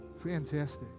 Fantastic